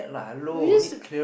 you use